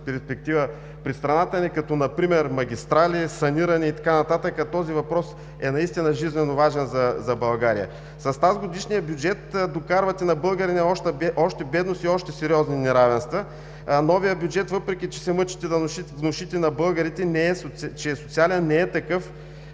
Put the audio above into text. перспектива пред страната ни, като например магистрали, саниране и така нататък, а този въпрос наистина е жизнено важен за България. С тазгодишния бюджет докарвате на българина още бедност и още сериозни неравенства. Новият бюджет, въпреки че се мъчите да внушите на българите, че е социален, не е такъв